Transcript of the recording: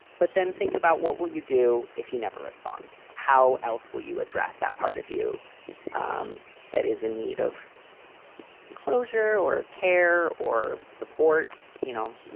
but then think about what will you do if he never responds, how else will you address that part of you um that is need of closure or care or support? you know,